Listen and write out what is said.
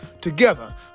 Together